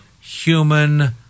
human